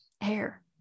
hair